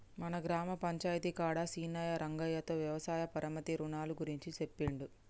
మన గ్రామ పంచాయితీ కాడ సీనయ్యా రంగయ్యతో వ్యవసాయ పరపతి రునాల గురించి సెప్పిండు